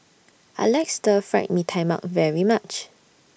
I like Stir Fried Mee Tai Mak very much